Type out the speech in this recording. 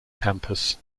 campus